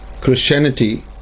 Christianity